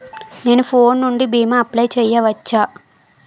నేను ఫోన్ నుండి భీమా అప్లయ్ చేయవచ్చా?